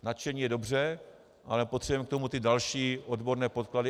Nadšení je dobře, ale potřebujeme k tomu i další odborné podklady.